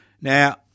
Now